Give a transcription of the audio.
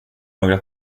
några